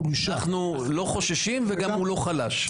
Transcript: אנחנו לא חוששים, וגם הוא לא חלש.